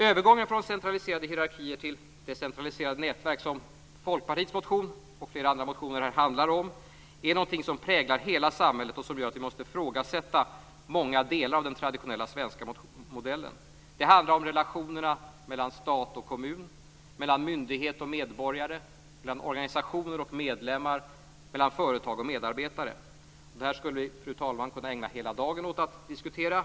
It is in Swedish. Övergången från centraliserade hierarkier till decentraliserade nätverk, vilket Folkpartiets motion och flera andra motioner handlar om, är något som präglar hela samhället och som gör att vi måste ifrågasätta många delar av den traditionella svenska modellen. Det handlar om relationerna mellan stat och kommun, mellan myndighet och medborgare, mellan organisationer och medlemmar, mellan företag och medarbetare. Fru talman! Det här skulle vi kunna ägna hela dagen åt att diskutera.